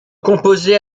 composé